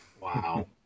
Wow